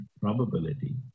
probability